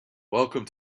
welcome